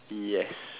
yes